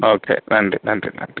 okay நன்றி நன்றி நன்றி